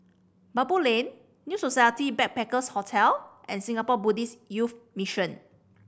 Baboo Lane New Society Backpackers' Hotel and Singapore Buddhist Youth Mission